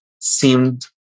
seemed